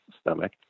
stomach